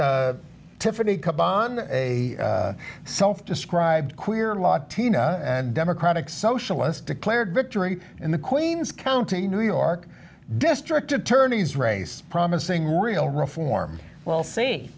y a self described queer and latino and democratic socialist declared victory in the queen's county new york district attorney's race promising real reform well see